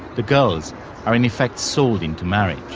the girls are in effect sold into marriage.